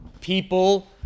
people